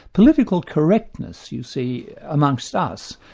political correctness, you see, amongst us,